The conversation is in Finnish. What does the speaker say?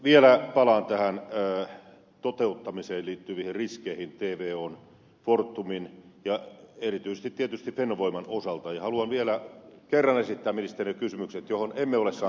vielä palaan tähän toteuttamiseen liittyviin riskeihin tvon fortumin ja erityisesti tietysti fennovoiman osalta ja haluan vielä kerran esittää ministerille kysymykset joihin emme ole saaneet vastauksia